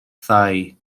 thai